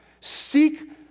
Seek